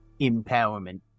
empowerment